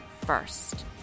first